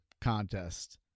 contest